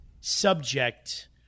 subject